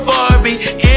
Barbie